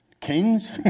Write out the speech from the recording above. Kings